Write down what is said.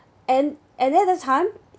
and and then the time